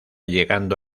llegando